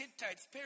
Hittites